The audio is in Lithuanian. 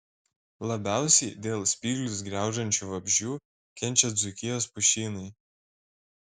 labiausiai dėl spyglius graužiančių vabzdžių kenčia dzūkijos pušynai